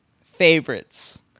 favorites